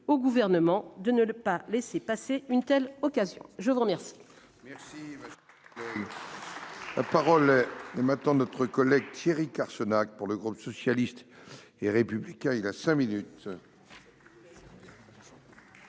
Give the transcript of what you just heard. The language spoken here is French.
au Gouvernement de ne pas laisser passer une telle occasion. La parole